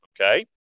Okay